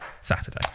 Saturday